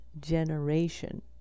generation